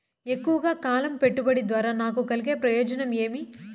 ఎక్కువగా కాలం పెట్టుబడి ద్వారా నాకు కలిగే ప్రయోజనం ఏమి?